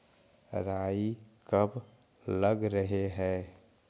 राई कब लग रहे है?